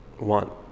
want